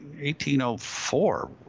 1804